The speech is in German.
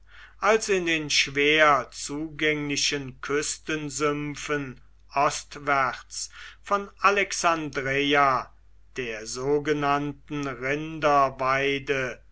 als in den schwer zugänglichen küstensümpfen ostwärts von alexandreia der sogenannten